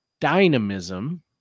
dynamism